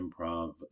improv